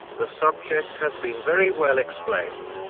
the subject has been very well explained,